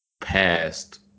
past